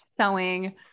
sewing